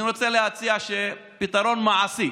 אני רוצה להציע פתרון מעשי,